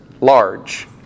large